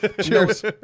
Cheers